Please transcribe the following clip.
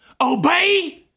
Obey